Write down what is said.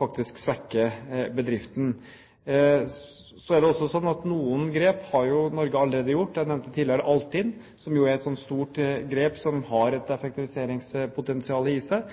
faktisk svekke bedriften. Så er det også slik at noen grep har Norge allerede gjort. Jeg nevnte tidligere Altinn, som er et stort grep som har effektiviseringspotensial i seg,